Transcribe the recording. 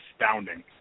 astounding